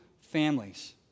families